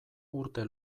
urte